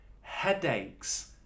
headaches